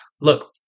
Look